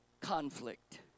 conflict